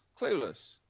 Clueless